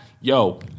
yo